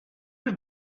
have